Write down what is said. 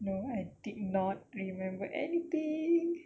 no I did not remember anything